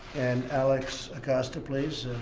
and alex acosta, please,